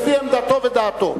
לפי עמדתו ודעתו.